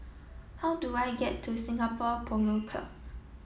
how do I get to Singapore Polo Club